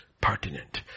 pertinent